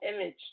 image